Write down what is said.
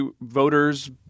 voters